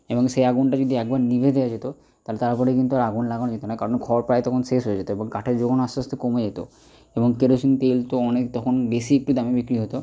এবং সেই আগুনটা যদি একবার নিভিয়ে দেওয়া যেত তাহলে তারপরে কিন্তু আর আগুন লাগানো যেত না কারণ খড় প্রায় তখন শেষ হয়ে যেত এবং কাঠের জোগান আস্তে আস্তে কমে যেত এবং কেরোসিন তেল তো অনেক তখন বেশি একটু দামে বিক্রি হতো